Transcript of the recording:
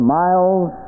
miles